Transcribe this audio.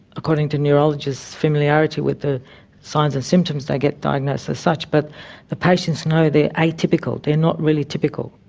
according to neurologists' familiarity with the signs and symptoms they get diagnosed as such. but the patients know they are atypical they are not really typical.